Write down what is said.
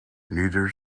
neither